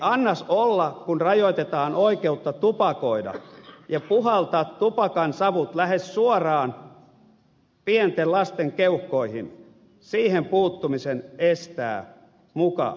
annas olla kun rajoitetaan oikeutta tupakoida ja puhaltaa tupakansavut lähes suoraan pienten lasten keuhkoihin siihen puuttumisen estää muka suomen perustuslaki